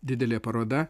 didelė paroda